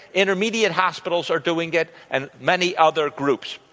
intermediate hospitals are doing it and many other groups.